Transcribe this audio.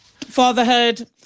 Fatherhood